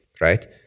right